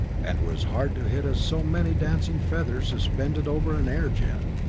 and were as hard to hit as so many dancing feathers suspended over an air jet.